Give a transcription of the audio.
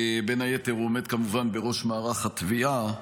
בין היתר, הוא עומד כמובן בראש מערך התביעה.